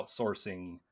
outsourcing